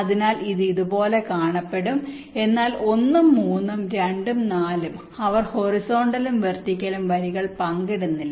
അതിനാൽ ഇത് ഇതുപോലെ കാണപ്പെടും എന്നാൽ 1 3 ഉം 2 4 ഉം അവർ ഹൊറിസോണ്ടലും വെർട്ടിക്കലും വരികൾ പങ്കിടുന്നില്ല